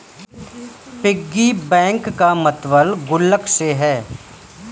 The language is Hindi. पिगी बैंक का मतलब गुल्लक से है